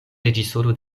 reĝisoro